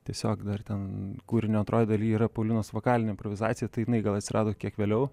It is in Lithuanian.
tiesiog dar ten kūrinio antroj daly yra paulinos vokalinė improvizacija tai jinai gal atsirado kiek vėliau